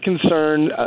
concern